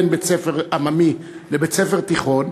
בין בית-ספר עממי לבית-ספר תיכון,